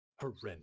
horrendous